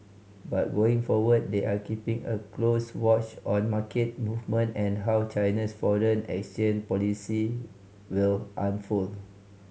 but going forward they are keeping a close watch on market movement and how China's foreign exchange policy will unfold